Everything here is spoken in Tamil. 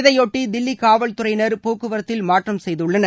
இதையொட்டி தில்லி காவல்துறையினர் போக்குவரத்தில் மாற்றம் செய்துள்ளனர்